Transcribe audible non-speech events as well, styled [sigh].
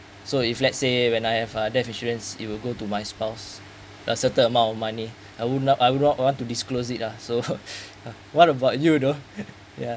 so if let's say when I have a death insurance it will go to my spouse a certain amount of money I would not I would not want to disclose it lah [laughs] so what about you though ya